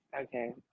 Okay